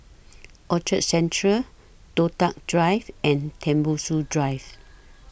Orchard Central Toh Tuck Drive and Tembusu Drive